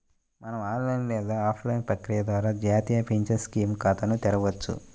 మనం ఆన్లైన్ లేదా ఆఫ్లైన్ ప్రక్రియ ద్వారా జాతీయ పెన్షన్ స్కీమ్ ఖాతాను తెరవొచ్చు